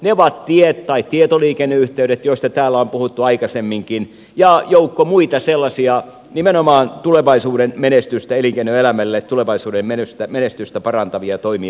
ne ovat tie tai tietoliikenneyhteydet joista täällä on puhuttu aikaisemminkin ja joukko muita sellaisia nimenomaan elinkeinoelämän tulevaisuuden menestystä parantavia toimia